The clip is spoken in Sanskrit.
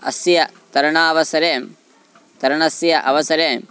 अस्य तरणावसरे तरणस्य अवसरे